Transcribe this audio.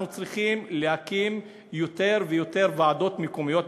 אנחנו צריכים להקים יותר ויותר ועדות מקומיות,